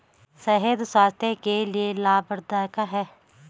शहद स्वास्थ्य के लिए लाभवर्धक है